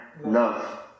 love